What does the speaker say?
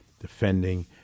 defending